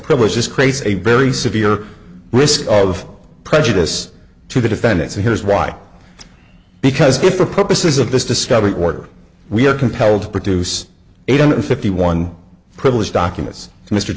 privilege this creates a very severe risk of prejudice to the defendant so here's why because if for purposes of this discovery order we are compelled to produce eight hundred fifty one privileged documents mr